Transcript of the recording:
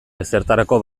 ezertarako